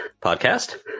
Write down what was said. podcast